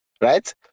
right